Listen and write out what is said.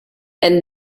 and